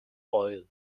oil